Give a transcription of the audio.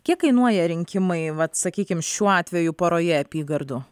kiek kainuoja rinkimai vat sakykim šiuo atveju poroje apygardų